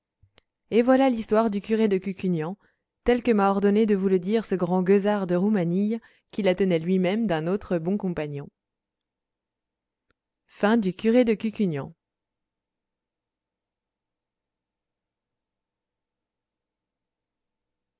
et voilà l'histoire du curé de cucugnan telle que m'a ordonné de vous le dire ce grand gueusard de roumanille qui la tenait lui-même d'un autre bon compagnon